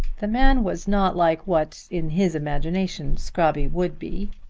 the man was not like what in his imagination scrobby would be.